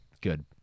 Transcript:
good